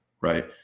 right